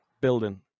building